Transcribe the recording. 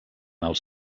els